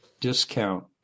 discount